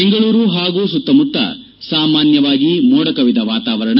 ಬೆಂಗಳೂರು ಪಾಗು ಸುತ್ತಮುತ್ತ ಸಾಮಾನ್ಯವಾಗಿ ಮೋಡಕವಿದ ವಾತಾವರಣ